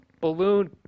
balloon